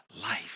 life